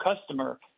customer